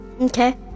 Okay